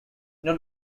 not